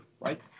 right